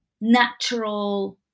natural